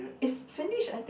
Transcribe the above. is Finnish I think